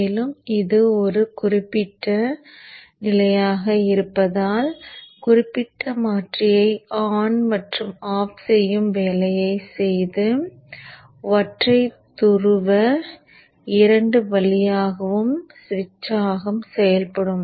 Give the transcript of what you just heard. மேலும் இது குறிப்பிட்ட நிலையாக இருப்பதால் குறிப்பிட்ட மாற்றியை ஆன் மற்றும் ஆஃப் செய்யும் வேலையைச் செய்து ஒற்றை துருவ இரண்டு வழியாகவும் ஸ்விட்சாகச் செயல்படும்